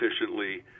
efficiently